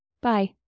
Bye